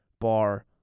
bar